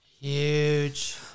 Huge